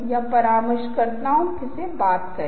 वे आपको इतना परेशान नहीं करते